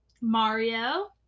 Mario